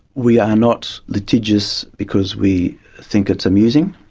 we are not litigious because we think it's amusing,